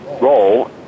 role—